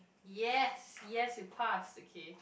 yes yes we passed okay